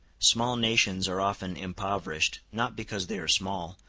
small nations are often impoverished, not because they are small,